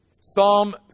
Psalm